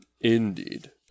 Indeed